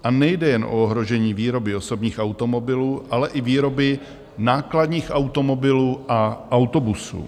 A nejde jen o ohrožení výroby osobních automobilů, ale i výroby nákladních automobilů a autobusů.